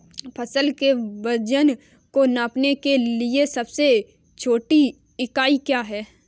फसल के वजन को नापने के लिए सबसे छोटी इकाई क्या है?